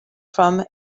from